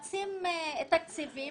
מקצים תקציבים,